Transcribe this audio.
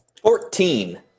fourteen